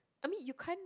I mean you can't